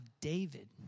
David